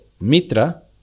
Mitra